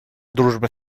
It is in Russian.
дружба